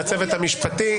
לצוות המשפטי,